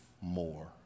more